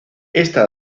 esta